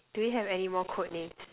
do we have any more code names